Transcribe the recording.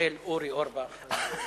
המתנחל אורי אורבך.